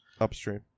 Upstream